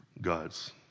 gods